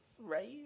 right